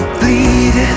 bleed